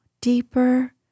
deeper